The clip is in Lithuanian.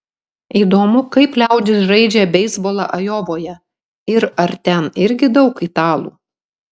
įdomu kaip liaudis žaidžia beisbolą ajovoje ir ar ten irgi daug italų